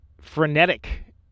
frenetic